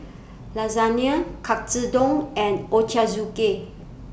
Lasagne Katsudon and Ochazuke